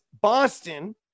Boston